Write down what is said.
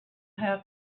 have